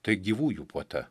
tai gyvųjų puota